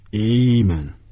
Amen